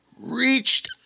reached